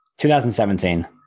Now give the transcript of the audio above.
2017